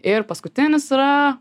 ir paskutinis yra